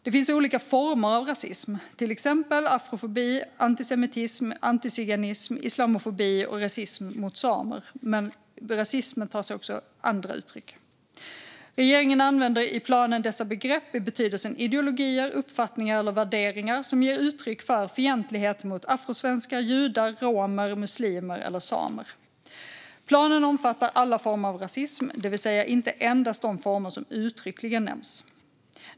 Det finns olika former av rasism, till exempel afrofobi, antisemitism, antiziganism, islamofobi och rasism mot samer. Rasism tar sig också andra uttryck. Regeringen använder i planen dessa begrepp i betydelsen ideologier, uppfattningar eller värderingar som ger uttryck för fientlighet mot afrosvenskar, judar, romer, muslimer eller samer. Planen omfattar alla former av rasism, det vill säga inte endast de former som uttryckligen nämns.